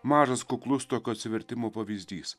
mažas kuklus tokio atsivertimo pavyzdys